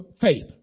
faith